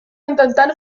intentant